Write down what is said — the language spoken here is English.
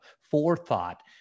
forethought